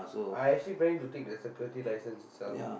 I actually planning to take the security license itself